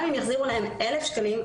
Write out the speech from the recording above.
גם אם יחזירו להן 1,000 שקלים,